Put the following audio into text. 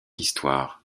histoires